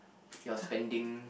your spending